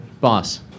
Boss